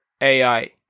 AI